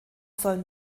soll